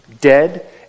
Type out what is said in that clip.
dead